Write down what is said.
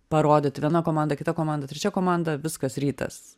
parodyti viena komanda kita komanda trečia komanda viskas rytas